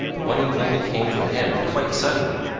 but one evening it came to an end quite suddenly,